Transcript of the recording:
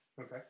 Okay